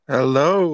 Hello